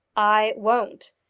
i won't.